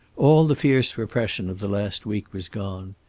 all the fierce repression of the last weeks was gone.